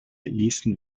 ließen